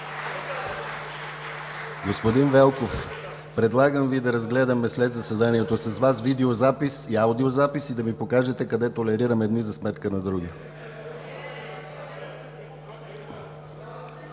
Господин Велков, предлагам Ви след заседанието да разгледаме с Вас видеозаписа и аудиозаписа, и да ми покажете къде толерирам едни за сметка на други.